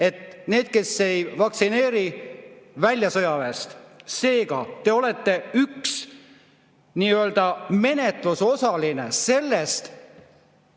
et need, kes ei ole vaktsineeritud – välja sõjaväest! Seega te olete üks nii-öelda menetluse osaline selles,